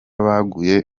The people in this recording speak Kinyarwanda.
baguye